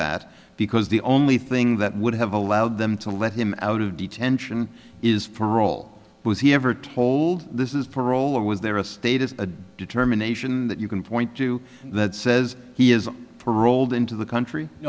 that because the only thing that would have allowed them to let him out of detention is for a role was he ever told this is parole or was there a status a determination that you can point to that says he is paroled into the country